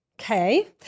Okay